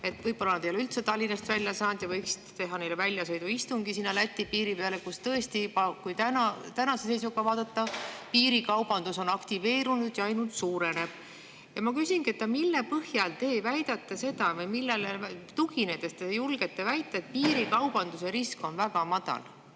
Võib-olla nad ei ole üldse Tallinnast välja saanud, seega võiksite neile teha väljasõiduistungi Läti piiri äärde, kus tõesti on, kui tänase seisuga vaadata, juba piirikaubandus aktiveerunud ja ainult suureneb. Ma küsingi, et mille põhjal te väidate seda või millele tuginedes te julgete väita, et piirikaubanduse risk on väga madal?